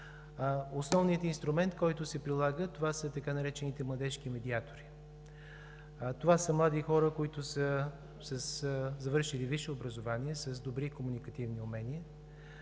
Основният инструмент, който се прилага, са така наречените младежки медиатори. Това са млади хора, завършили висше образование с добри комуникативни умения,